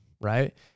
right